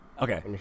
Okay